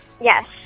Yes